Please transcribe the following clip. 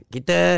Kita